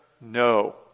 No